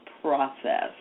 process